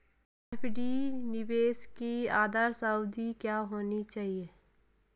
FD निवेश की आदर्श अवधि क्या होनी चाहिए?